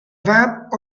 vamp